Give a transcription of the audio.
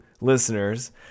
listeners